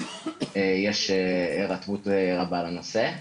יש הירתמות רבה לנושא.